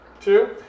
Two